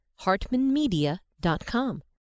hartmanmedia.com